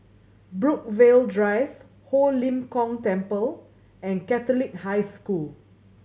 Brookvale Drive Ho Lim Kong Temple and Catholic High School